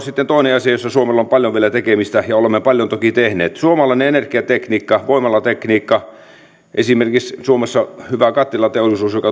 sitten toinen asia jossa suomella on paljon vielä tekemistä ja olemme paljon toki tehneet suomalainen energiatekniikka voimalatekniikka esimerkiksi suomessa hyvä kattilateollisuus joka